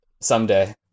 someday